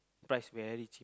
price very cheap